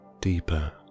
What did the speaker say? deeper